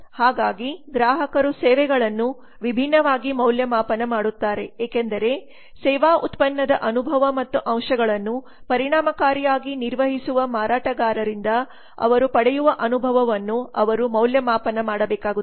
ಹಾಗಾಗಿ ಗ್ರಾಹಕರು ಸೇವೆಗಳನ್ನು ವಿಭಿನ್ನವಾಗಿ ಮೌಲ್ಯಮಾಪನ ಮಾಡುತ್ತಾರೆ ಏಕೆಂದರೆ ಸೇವಾ ಉತ್ಪನ್ನದ ಅನುಭವ ಮತ್ತು ಅಂಶಗಳನ್ನು ಪರಿಣಾಮಕಾರಿಯಾಗಿ ನಿರ್ವಹಿಸುವ ಮಾರಾಟಗಾರರಿಂದ ಅವರು ಪಡೆಯುವ ಅನುಭವವನ್ನು ಅವರು ಮೌಲ್ಯಮಾಪನ ಮಾಡಬೇಕಾಗುತ್ತದೆ